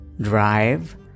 Drive